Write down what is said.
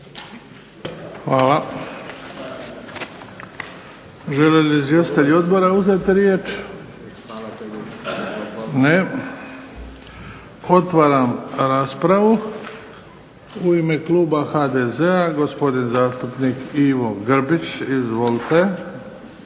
Hvala. Žele li izvjestitelji odbora uzeti riječ? Ne. Otvaram raspravu. U ime kluba HDZ-a, gospodin zastupnik Ivo Grbić. Izvolite.